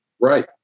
Right